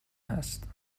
هست